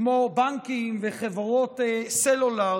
כמו בנקים וחברות סלולר.